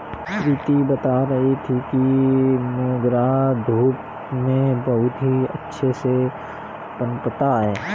प्रीति बता रही थी कि मोगरा धूप में बहुत ही अच्छे से पनपता है